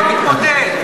הדואר מתמוטט.